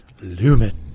Lumen